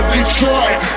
Detroit